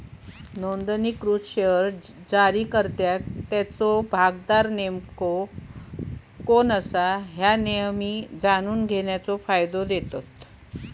नोंदणीकृत शेअर्स जारीकर्त्याक त्याचो भागधारक नेमका कोण असा ह्या नेहमी जाणून घेण्याचो फायदा देता